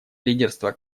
лидерство